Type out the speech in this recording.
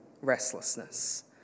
restlessness